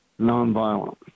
nonviolent